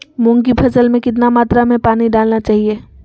मूंग की फसल में कितना मात्रा में पानी डालना चाहिए?